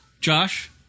Josh